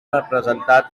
representat